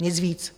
Nic víc.